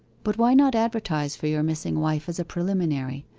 but why not advertise for your missing wife as a preliminary,